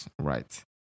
right